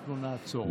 אנחנו נעצור.